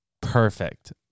Perfect